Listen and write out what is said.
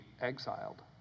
exiled